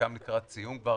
חלקן לקראת סיום כבר.